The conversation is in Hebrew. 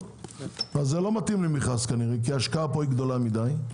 זה לא מתאים למכרז כנראה כי ההשקעה פה גדולה מדי.